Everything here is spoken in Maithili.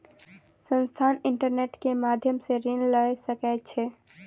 संस्थान, इंटरनेट के माध्यम सॅ ऋण लय सकै छै